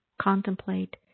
contemplate